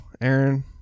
Aaron